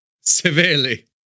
Severely